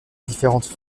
différentes